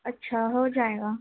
اچھا ہو جائے گا